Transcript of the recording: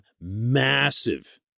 massive